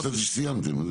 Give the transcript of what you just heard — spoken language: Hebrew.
חשבתי שסיימתם.